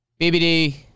BBD